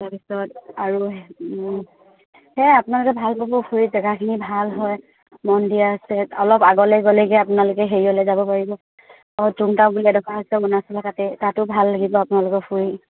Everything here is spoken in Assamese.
তাৰপিছত আৰু সেয়াই আপোনালোকে ভাল পাব ফুুৰি জেগাখিনি ভাল হয় মন্দিৰ আছে অলপ আগলৈ গ'লেগৈ আপোনালোকে হেৰিয়লৈ যাব পাৰিব অঁ টুমটাও বুলি এডখৰ আছে অৰুণাচলৰ গাতে তাতো ভাল লাগিব আপোনালোকৰ ফুৰি